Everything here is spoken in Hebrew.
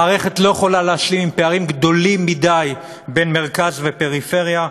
המערכת לא יכולה להשלים עם פערים גדולים מדי בין מרכז לפריפריה.